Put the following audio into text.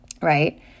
right